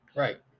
right